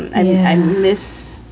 and i live